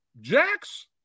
Jax